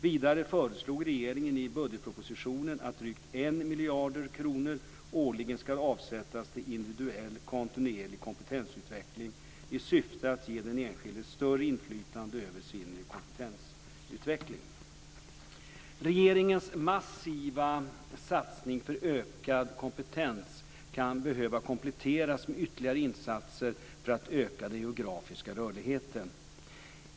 Vidare föreslog regeringen i budgetpropositionen att drygt 1 miljard kronor årligen ska avsättas till individuell kontinuerlig kompetensutveckling i syfte att ge den enskilde större inflytande över sin kompetensutveckling. Regeringens massiva satsning för ökad kompetens kan behöva kompletteras med ytterligare insatser för att öka den geografiska rörligheten.